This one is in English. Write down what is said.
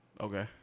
Okay